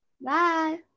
bye